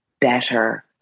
better